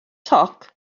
toc